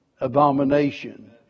abomination